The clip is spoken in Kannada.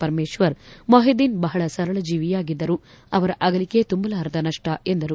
ಪರಮೇಶ್ವರ್ ಮೊಹಿದೀನ್ ಬಹಳ ಸರಳ ಜೀವಿಯಾಗಿದ್ದರು ಅವರ ಅಗಲಿಕೆ ತುಂಬಲಾರದ ನಷ್ಟ ಎಂದರು